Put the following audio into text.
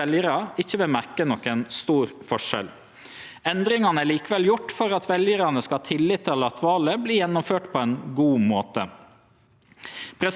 Eg registrerer at komiteen ønskjer at valresultata skal sorterast slik at det er mogleg å hente ut informasjon om kva veljarar i ulike stemmekrinsar har stemt.